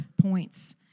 points